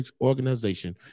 organization